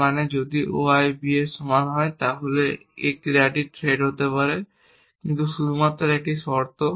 যার মানে যদি y b এর সমান হয় তাহলে এই ক্রিয়াটি থ্রেড হতে পারে কিন্তু শুধুমাত্র একটি শর্ত